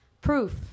proof